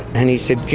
and he said,